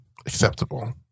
acceptable